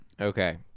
Okay